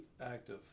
active